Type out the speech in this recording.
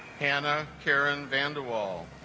hannah karen vanderwall